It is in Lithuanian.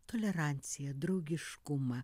toleranciją draugiškumą